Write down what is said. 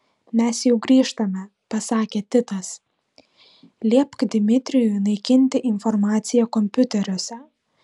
mes jau grįžtame pasakė titas liepk dmitrijui naikinti informaciją kompiuteriuose